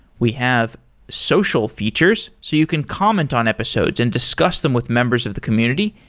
we have social features so you can comment on episodes and discuss them with members of the community,